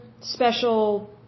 special